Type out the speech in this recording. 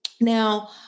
Now